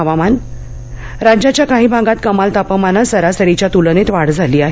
हवामान राज्याच्या काही भागात कमाल तापमानात सरासरीच्या तुलनेत वाढ झाली आहे